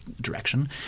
direction